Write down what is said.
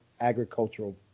agricultural